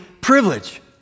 privilege